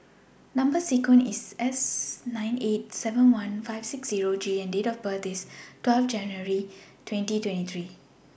Number sequence IS S nine eight seven one five six Zero G and Date of birth IS twelve January twenty twenty three